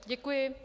Děkuji.